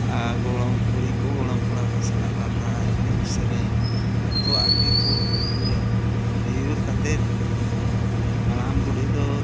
ᱟᱨ ᱜᱚᱲᱚᱢ ᱠᱩᱲᱤ ᱠᱚ ᱜᱚᱲᱚᱢ ᱠᱚᱲᱟ ᱠᱚ ᱥᱟᱞᱟᱜ ᱞᱟᱸᱫᱟ ᱮᱱᱮᱡᱼᱥᱮᱨᱮᱧ ᱡᱚᱛᱚᱣᱟᱜ ᱜᱮᱠᱚ ᱟᱹᱭᱩᱨᱟ ᱟᱹᱭᱩᱨ ᱠᱟᱛᱮᱫ ᱦᱟᱲᱟᱢᱼᱵᱩᱰᱷᱤ ᱫᱚ